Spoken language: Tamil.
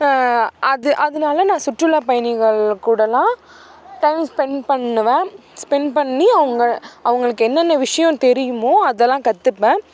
அது அதனால நான் சுற்றுலா பயணிகள் கூடெல்லாம் டைம் ஸ்பெண்ட் பண்ணுவேன் ஸ்பெண்ட் பண்ணி அவங்க அவங்களுக்கு என்னென்ன விஷயம் தெரியுமோ அதெல்லாம் கற்றுப்பேன்